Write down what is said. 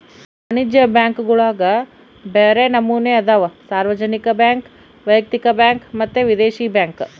ವಾಣಿಜ್ಯ ಬ್ಯಾಂಕುಗುಳಗ ಬ್ಯರೆ ನಮನೆ ಅದವ, ಸಾರ್ವಜನಿಕ ಬ್ಯಾಂಕ್, ವೈಯಕ್ತಿಕ ಬ್ಯಾಂಕ್ ಮತ್ತೆ ವಿದೇಶಿ ಬ್ಯಾಂಕ್